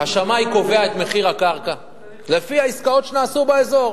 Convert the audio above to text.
השמאי קובע את מחיר הקרקע לפי העסקאות שנעשו באזור.